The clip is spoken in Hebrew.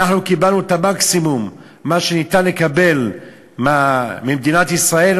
אנחנו קיבלנו את המקסימום שאפשר לקבל ממדינת ישראל,